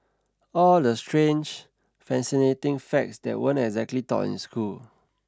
all the strange fascinating facts that weren't exactly taught in school